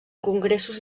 congressos